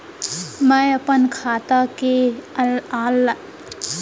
मैं अपन खाता के ऑनलाइन के.वाई.सी कइसे करा सकत हव?